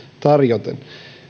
tarjoten